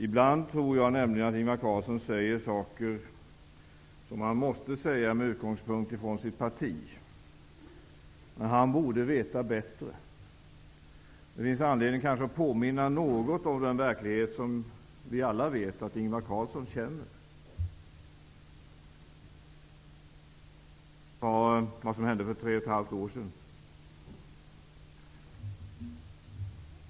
Ibland tror jag nämligen att Ingvar Carlsson säger saker som han måste säga med utgångspunkt i sitt parti, när han borde veta bättre. Det finns kanske anledning att påminna något om den verklighet som vi alla vet att Ingvar Carlsson känner. Ta vad som hände för tre och ett halvt år sedan!